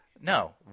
No